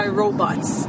robots